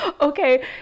Okay